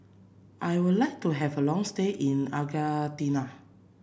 I would like to have a long stay in Argentina